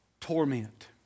torment